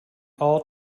all